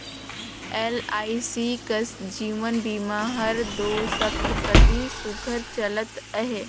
LIC कस जीवन बीमा हर दो सब कती सुग्घर चलत अहे